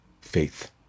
faith